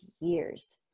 years